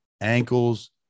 ankles